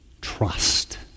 trust